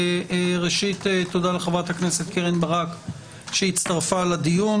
ראשית, תודה לחברת הכנסת קרן ברק שהצטרפה לדיון.